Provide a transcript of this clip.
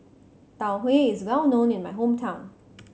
Tau Huay is well known in my hometown